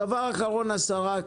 דבר אחרון, השרה.